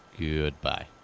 goodbye